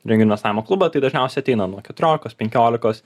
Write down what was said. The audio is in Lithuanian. reinvestavimo klubą tai dažniausiai ateina nuo keturiolikos penkiolikos